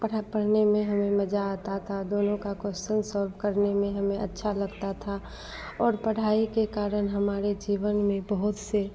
पढ़ा पढ़ने में हमें मज़ा आता था दोनों का क्वेश्चन सॉल्व करने में हमें अच्छा लगता था और पढ़ाई के कारण हमारे जीवन में बहुत से